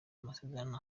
masezerano